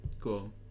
Cool